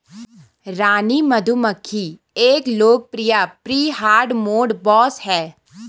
रानी मधुमक्खी एक लोकप्रिय प्री हार्डमोड बॉस है